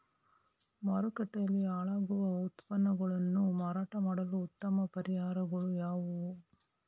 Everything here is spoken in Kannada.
ಮಾರುಕಟ್ಟೆಯಲ್ಲಿ ಹಾಳಾಗುವ ಉತ್ಪನ್ನಗಳನ್ನು ಮಾರಾಟ ಮಾಡಲು ಉತ್ತಮ ಪರಿಹಾರಗಳು ಯಾವುವು?